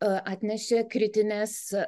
atnešė kritines